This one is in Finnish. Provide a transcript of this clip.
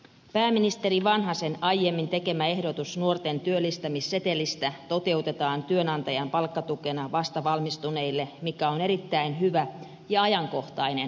pääministeri vanhasen aiemmin tekemä ehdotus nuorten työllistämissetelistä toteutetaan työnantajan palkkatukena vastavalmistuneille mikä on erittäin hyvä ja ajankohtainen asia